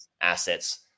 assets